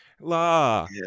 La